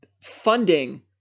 funding